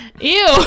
Ew